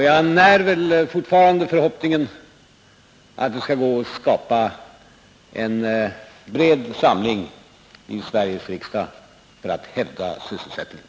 Jag när fortfarande den förhoppningen att det skall vara möjligt att skapa en bred samling i Sveriges riksdag för att trygga sysselsättningen.